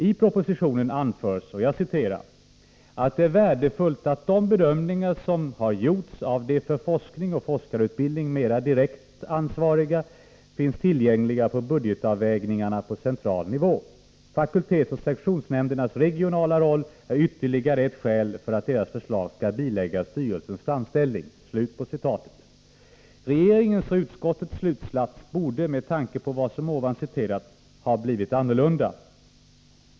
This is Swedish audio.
I propositionen anförs, att det är värdefullt att de bedömningar som har gjorts av de för forskning och forskarutbildning mera direkt ansvariga finns tillgängliga vid budgetavvägningarna på central nivå. Fakultetsoch sektionsnämndernas regionala roll är ytterligare ett skäl för att deras förslag skall biläggas styrelsens framställning. Regeringens och utskottets slutsats borde med tanke på vad som här anförts ha blivit annorlunda.